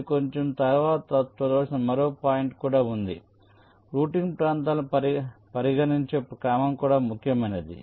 మీరు కొంచెం తరువాత చూడవలసిన మరో పాయింట్ కూడా ఉంది రౌటింగ్ ప్రాంతాలను పరిగణించే క్రమం కూడా ముఖ్యమైనది